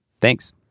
Thanks